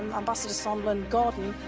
ambassador sundlun, gordon,